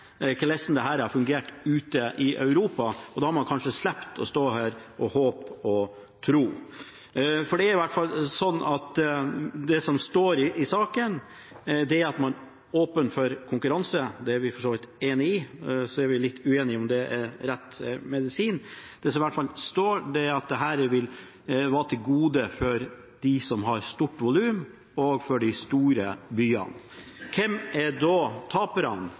å stå her og håpe og tro. Det er i hvert fall sånn at det som står i saka, er at man åpner for konkurranse. Det er vi for så vidt enig i, og så er vi litt uenig i om det er rett medisin. Det som i hvert fall står, er at dette vil være et gode for dem som har stort volum, og for de store byene. Hvem er